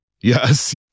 Yes